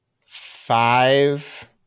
five